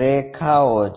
રેખાઓ છે